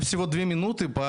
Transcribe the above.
(אומר דברים בשפה הרוסית, להלן